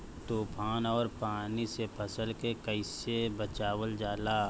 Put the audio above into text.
तुफान और पानी से फसल के कईसे बचावल जाला?